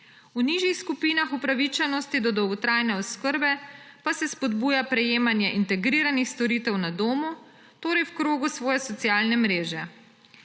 V nižjih skupinah upravičenost do dolgotrajne oskrbe pa se spodbuja prejemanje integriranih storitev na domu, torej v krogu svoje socialne mreže.